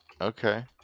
Okay